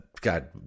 God